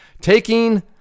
taking